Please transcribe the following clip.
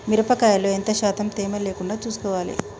మిరప కాయల్లో ఎంత శాతం తేమ లేకుండా చూసుకోవాలి?